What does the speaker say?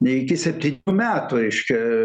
iki septynių metų reiškia